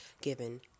given